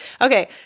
Okay